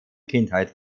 kindheit